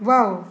wow